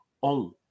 on